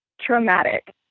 traumatic